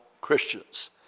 Christians